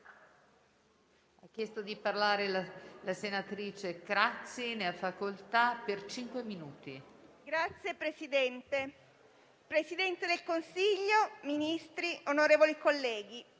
Signor Presidente, Presidente del Consiglio, Ministri, onorevoli colleghi,